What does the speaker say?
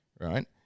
right